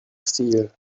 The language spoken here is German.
stil